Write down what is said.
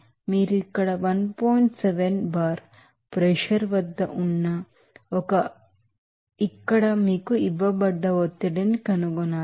7 bar pressure వద్ద ఉన్న ఒక ఇక్కడ మీకు ఇవ్వబడ్డ ఒత్తిడిని కనుగొనాలి